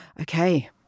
Okay